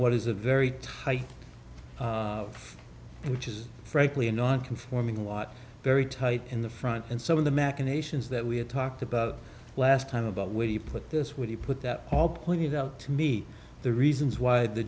what is a very tight which is frankly a non conforming lot very tight in the front and some of the machinations that we have talked about last time about where you put this would be put that all pointed out to meet the reasons why the